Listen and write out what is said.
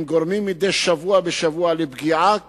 הם גורמים מדי שבוע בשבוע פגיעה